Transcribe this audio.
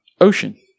Ocean